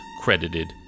credited